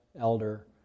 elder